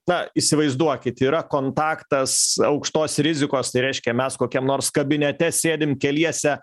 na įsivaizduokit yra kontaktas aukštos rizikos tai reiškia mes kokiam nors kabinete sėdim keliese